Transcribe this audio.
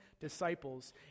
disciples